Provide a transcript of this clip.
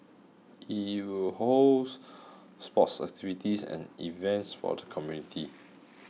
it will host sports activities and events for the community